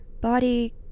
body